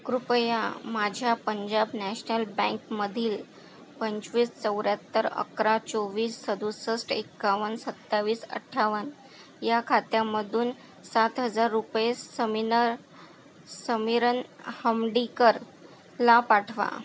कृपया माझ्या पंजाब नॅशनल बँकमधील पंचवीस चौर्याहत्तर अकरा चोवीस सदुसष्ट एकावन्न सत्तावीस अठ्ठावन्न या खात्यामधून सात हजार रुपये समिनर समीरन हंबीकरला पाठवा